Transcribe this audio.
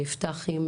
אני אפתח עם